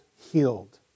healed